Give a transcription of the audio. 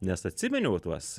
nes atsiminiau tuos